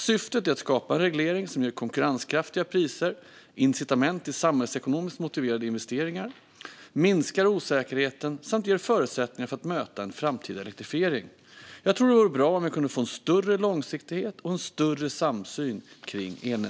Syftet är att skapa en reglering som ger konkurrenskraftiga priser, ger incitament till samhällsekonomiskt motiverade investeringar, minskar osäkerheten samt ger förutsättningar för att möta en framtida elektrifiering. Jag tror att det vore bra om vi kunde få en större långsiktighet och en större samsyn kring elnätsregleringen.